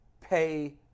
pay